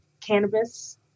cannabis